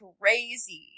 crazy